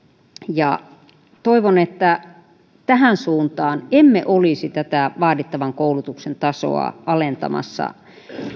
ja toivon että tähän suuntaan emme olisi tätä vaadittavan koulutuksen tasoa alentamassa